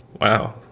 Wow